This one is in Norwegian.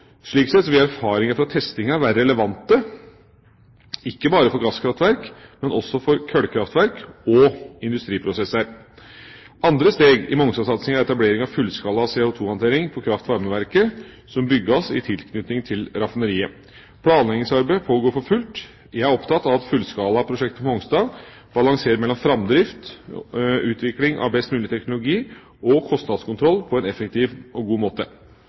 Slik sett vil erfaringer fra testinger være relevante ikke bare for gasskraftverk, men også for kullkraftverk og industriprosesser. Andre steg i Mongstad-satsinga er etablering av fullskala CO2-håndtering for kraftvarmeverket som bygges i tilknytning til raffineriet. Planleggingsarbeidet pågår for fullt. Jeg er opptatt av at fullskalaprosjektet på Mongstad balanserer mellom framdrift, utvikling av best mulig teknologi og kostnadskontroll på en effektiv og god måte.